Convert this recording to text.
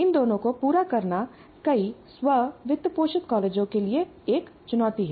इन दोनों को पूरा करना कई स्व वित्तपोषित कॉलेजों के लिए एक चुनौती है